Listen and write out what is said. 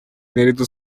наряду